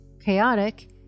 chaotic